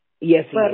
Yes